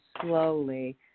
slowly